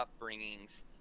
upbringings